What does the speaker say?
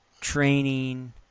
training